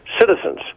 citizens